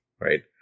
Right